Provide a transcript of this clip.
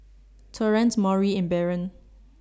Torrance Maury and Baron